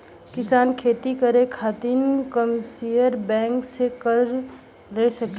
किसान खेती करे खातिर कमर्शियल बैंक से कर्ज ले सकला